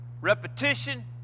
repetition